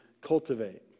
cultivate